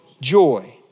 joy